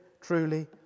truly